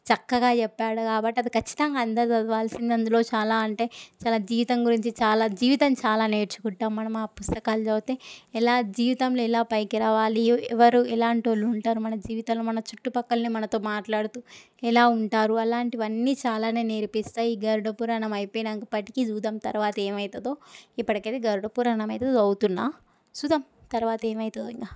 చక్కగా చెప్పాడు కాబట్టి అది ఖచ్చితంగా అందరూ చదవాల్సిందే అందులో చాలా అంటే చాలా జీవితం గురించి చాలా జీవితం చాలా నేర్చుకుంటాము మనం ఆ పుస్తకాలు చదివితే ఎలా జీవితంలో ఎలా పైకి రావాలి ఎరు ఎవరు ఎలాంటివాళ్ళు ఉంటారు మన జీవితంలో మన చుట్టు ప్రక్కలనే మనతో మాట్లాడుతూ ఎలా ఉంటారు అలాంటివన్నీ చాలానే నేర్పిస్తాయి ఈ గరుడ పురాణం అయిపోయినప్పటికీ చూద్దాము తరువాత ఏమవుతుందో ఇప్పటికైతే గరుడ పురాణం అయితే చదువుతున్న చూద్దాము తరువాత ఏమవుతుందో ఇంకా